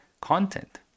content